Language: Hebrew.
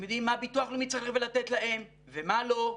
הם יודעים מה ביטוח לאומי צריך לתת להם ומה לא,